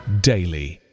daily